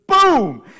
boom